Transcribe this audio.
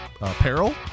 apparel